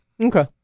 Okay